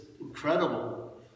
incredible